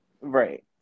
right